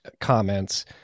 comments